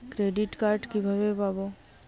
Credit card কিভাবে পাব?